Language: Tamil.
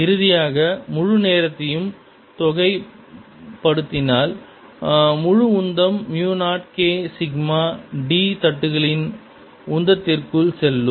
இறுதியாக முழு நேரத்தையும் தொகை படுத்தினால் முழு உந்தம் மியூ 0 K சிக்மா d தட்டுகளின் உந்தத்திற்குள் செல்லும்